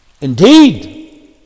indeed